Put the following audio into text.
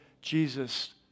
Jesus